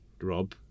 Rob